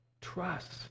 trust